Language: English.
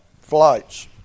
flights